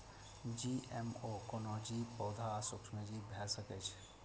GMO कोनो जीव, पौधा आ सूक्ष्मजीव भए सकै छै